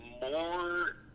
more